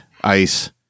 ice